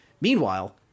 Meanwhile